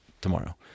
Tomorrow